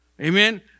Amen